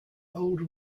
old